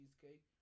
cheesecake